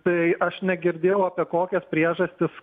tai aš negirdėjau apie kokias priežastis